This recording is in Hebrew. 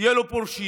יהיו לו פורשים.